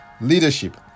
leadership